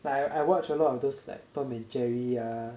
like I watch a lot of those like tom and jerry ah